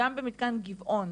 גם במתקן גבעון,